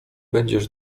będziesz